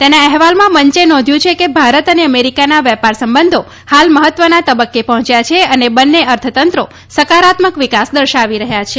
તેના અહેવાલમાં મંચે નોંધ્યું છે કે ભારત અને અમેરિકાના વેપાર સંબંધો હાલ મહત્વના તબક્કે પહોંચ્યા છે અને બંને અર્થતંત્રો સકારાત્મક વિકાસ દર્શાવી રહ્યા છે